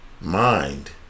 mind